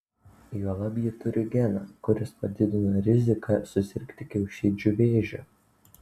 juolab ji turi geną kuris padidina riziką susirgti kiaušidžių vėžiu